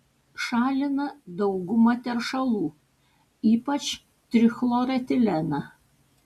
šalina daugumą teršalų ypač trichloretileną